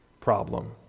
problem